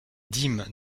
dîmes